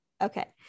okay